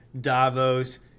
Davos